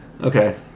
Okay